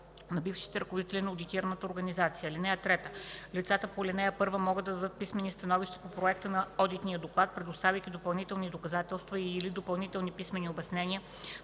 на бившите ръководители на одитираната организация. (3) Лицата по ал. 1 могат да дадат писмени становища по проекта на одитния доклад, предоставяйки допълнителни доказателства и/или допълнителни писмени обяснения